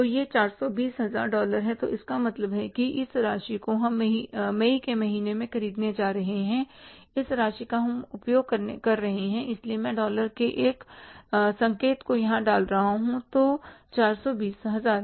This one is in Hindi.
तो यह 420 हजार डॉलर है तो इसका मतलब है कि इस राशि को हम मई के महीने में खरीदने जा रहे हैं और इस राशि का हम उपयोग कर रहे हैं इसलिए मैं डॉलर के इस संकेत को यहां डाल रहा हूं तो 420 हजार